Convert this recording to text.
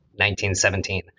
1917